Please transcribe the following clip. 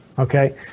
Okay